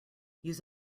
use